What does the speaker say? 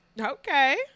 okay